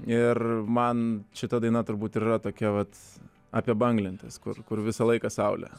ir man šita daina turbūt ir yra tokia vat apie banglentes kur visą laiką saulė